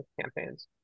campaigns